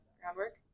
Groundwork